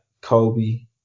Kobe